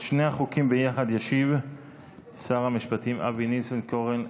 על שני החוקים ביחד ישיב שר המשפטים אבי ניסנקורן,